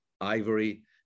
ivory